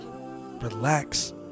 relax